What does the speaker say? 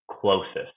closest